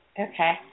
Okay